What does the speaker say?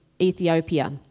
Ethiopia